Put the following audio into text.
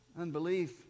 unbelief